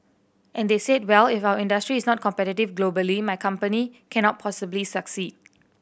and they said well if our industry is not competitive globally my company cannot possibly succeed